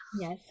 Yes